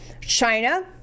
China